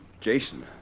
Jason